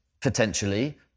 potentially